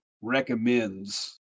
recommends